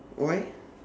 why